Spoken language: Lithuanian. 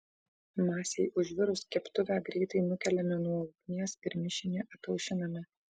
masei užvirus keptuvę greitai nukeliame nuo ugnies ir mišinį ataušiname